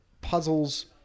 puzzles